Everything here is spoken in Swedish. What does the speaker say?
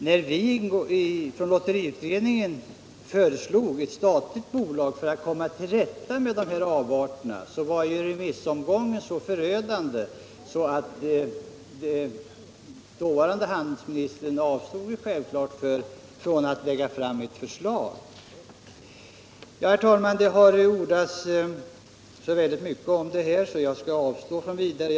När lotteriutredningen föreslog ett statligt bolag för att komma till rätta med avarterna, var remissomgången så förödande att dåvarande handelsministern självklart avstod från att lägga fram ett förslag. Det har ordats så mycket om detta att jag skall avstå från vidare diskussion.